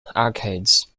arcades